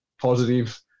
positive